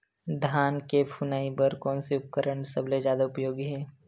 धान के फुनाई बर कोन से उपकरण सबले जादा उपयोगी हे?